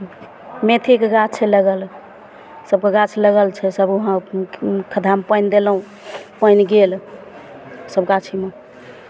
मेथीके गाछ छै लगल सभके गाछ लगल छै सभ वहाँ खद्धामे पानि देलहुँ पानि गेल सभ गाछीमे